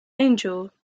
angel